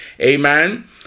Amen